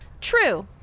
True